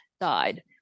died